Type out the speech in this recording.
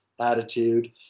attitude